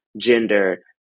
gender